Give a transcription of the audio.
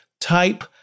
type